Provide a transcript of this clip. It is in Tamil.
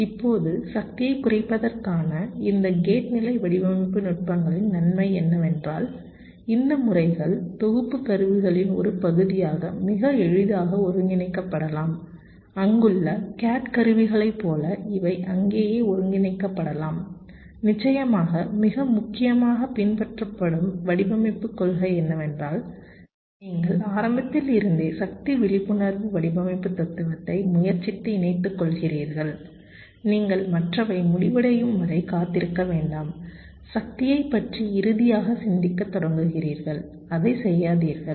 இப்போது சக்தியைக் குறைப்பதற்கான இந்த கேட் நிலை வடிவமைப்பு நுட்பங்களின் நன்மை என்னவென்றால் இந்த முறைகள் தொகுப்பு கருவிகளின் ஒரு பகுதியாக மிக எளிதாக ஒருங்கிணைக்கப்படலாம் அங்குள்ள CAD கருவிகளைப் போல இவை அங்கேயே ஒருங்கிணைக்கப்படலாம் நிச்சயமாக மிக முக்கியமாக பின்பற்றப்படும் வடிவமைப்புக் கொள்கை என்னவென்றால் நீங்கள் ஆரம்பத்தில் இருந்தே சக்தி விழிப்புணர்வு வடிவமைப்பு தத்துவத்தை முயற்சித்து இணைத்துக்கொள்கிறீர்கள் நீங்கள் மற்றவை முடிவடையும் வரை காத்திருக்க வேண்டாம் சக்தியைப் பற்றி இறுதியாக சிந்திக்கத் தொடங்குகிறீர்கள் அதைச் செய்யாதீர்கள்